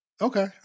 okay